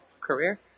career